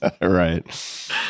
Right